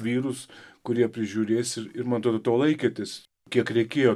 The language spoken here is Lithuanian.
vyrus kurie prižiūrės ir ir man atrodo to laikėtės kiek reikėjo